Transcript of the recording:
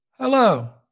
Hello